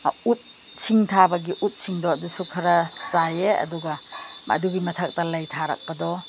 ꯎꯠ ꯁꯤꯡ ꯊꯥꯕꯒꯤ ꯎꯠꯁꯤꯡꯗꯣ ꯑꯗꯨꯁꯨ ꯈꯔ ꯆꯥꯏꯌꯦ ꯑꯗꯨꯒ ꯑꯗꯨꯒꯤ ꯃꯊꯛꯇ ꯂꯩ ꯊꯥꯔꯛꯄꯗꯣ